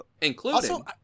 Including